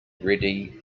ready